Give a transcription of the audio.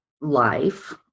life